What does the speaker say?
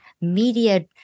media